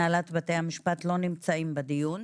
הנהלת בתי המשפט, לא נמצאים בדיון.